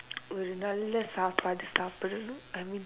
ஒரு:oru நல்ல:nalla சாப்பாடு:saappaadu சாப்பிடனோ:saappidanoo I mean